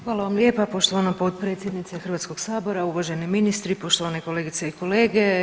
Hvala vam lijepa poštovana potpredsjednice Hrvatskog sabora, uvaženi ministri, poštovane kolegice i kolege.